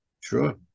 Sure